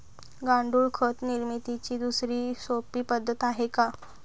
गांडूळ खत निर्मितीची दुसरी सोपी पद्धत आहे का?